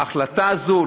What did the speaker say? ההחלטה הזאת,